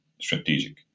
strategic